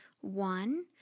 one